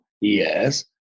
Yes